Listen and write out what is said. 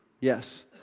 Yes